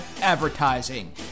Advertising